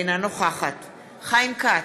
אינה נוכחת חיים כץ,